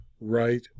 right